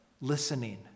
Listening